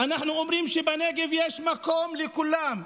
אנחנו אומרים שבנגב יש מקום לכולם,